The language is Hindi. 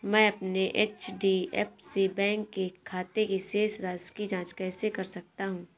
मैं अपने एच.डी.एफ.सी बैंक के खाते की शेष राशि की जाँच कैसे कर सकता हूँ?